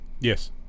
yes